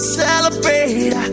celebrate